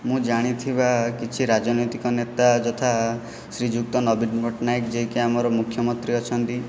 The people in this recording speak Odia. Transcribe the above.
ମୁଁ ଜାଣିଥିବା କିଛି ରାଜନୈତିକ ନେତା ଯଥା ଶ୍ରୀଯୁକ୍ତ ନବୀନ ପଟ୍ଟନାୟକ ଯିଏକି ଆମର ମୁଖ୍ୟମନ୍ତ୍ରୀ ଅଛନ୍ତି